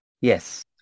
Yes